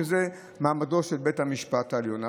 שזה מעמדו של בית המשפט העליון.